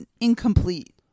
incomplete